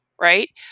right